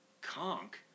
conk